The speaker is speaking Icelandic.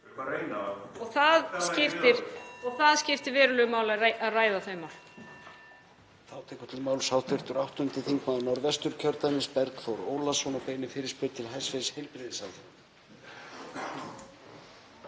Og það skiptir verulegu máli að ræða þau mál.